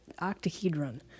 octahedron